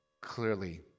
clearly